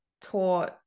taught